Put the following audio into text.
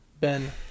Ben